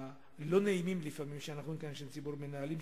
הלא-נעימים לפעמים שאנחנו כאנשי ציבור מנהלים,